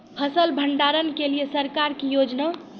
फसल भंडारण के लिए सरकार की योजना?